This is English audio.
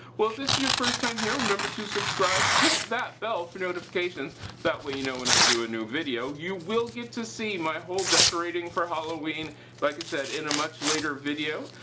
well if this is your first time here remember to subscribe. hit that bell for notifications that way you know when i do a new video. you will get to see my whole decorating for halloween like i said in a much later video.